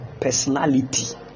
personality